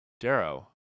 Darrow